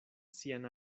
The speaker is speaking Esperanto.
sian